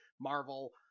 Marvel